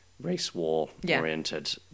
race-war-oriented